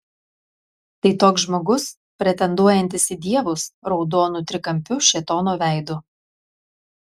tai toks žmogus pretenduojantis į dievus raudonu trikampiu šėtono veidu